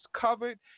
covered